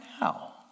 now